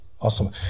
Awesome